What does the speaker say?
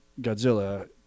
Godzilla